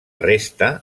resta